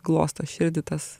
glosto širdį tas